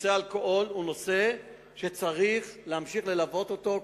נושא האלכוהול הוא נושא שצריך להמשיך ללוות אותו,